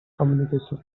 communication